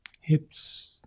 hips